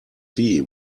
see